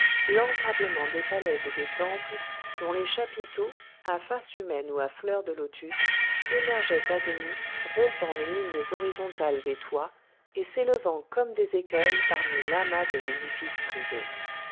l'entablement des palais et des temples dont les chapiteaux à face humaine ou à fleurs de lotus émergeaient à demi rompant les lignes horizontales des toits et s'élevant comme des écueils parmi l'amas des édifices privés